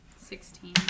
Sixteen